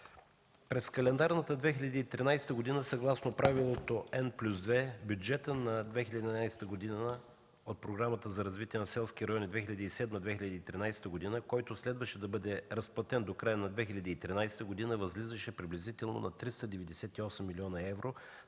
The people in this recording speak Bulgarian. през календарната 2013 г. съгласно правилото „N+2”, бюджетът на 2011 г. от Програмата за развитие на селските райони 2007 – 2013 г., който следваше да бъде разплатен до края на 2013 г., възлизаше приблизително на 398 млн. евро